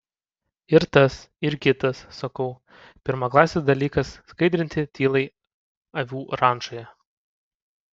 ir tas ir kitas sakau pirmaklasis dalykas skaidrinti tylai avių rančoje